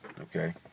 Okay